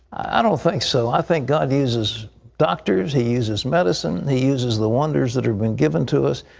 i don't think so. i think god uses doctors. he uses medicine. he uses the wonders that have been given to us.